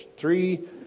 Three